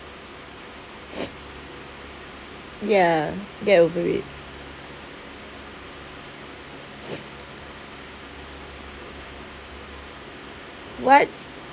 ya that will do it what